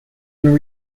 and